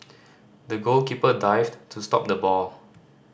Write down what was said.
the goalkeeper dived to stop the ball